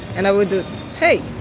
and i would do hey,